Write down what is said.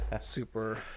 super